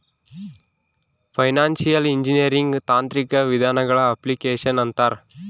financial engineering ತಾಂತ್ರಿಕ ವಿಧಾನಗಳ application ಅಂತಾರ